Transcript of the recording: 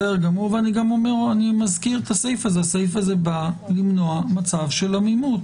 ואני מזכיר - הסעיף הזה בא למנוע מצב של עמימות.